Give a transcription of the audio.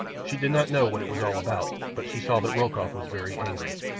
she did not know what it was all about, but she saw that rokoff was very angry,